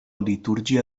litúrgia